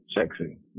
sexy